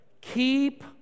keep